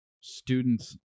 students